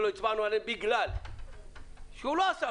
ולא הצבענו עליהן בגלל שהוא לא עשה,